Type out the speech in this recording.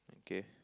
okay